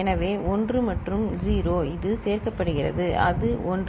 எனவே 1 மற்றும் 0 இது சேர்க்கப்படுகிறது அது 1